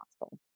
possible